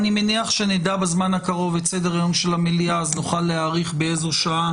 אני מניח שנדע בזמן הקרוב את סדר היום של המליאה ונוכל להעריך באיזו שעה